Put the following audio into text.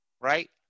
right